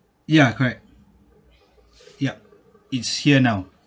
ya correct yup it's here now